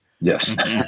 yes